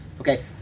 Okay